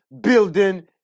building